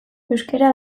euskara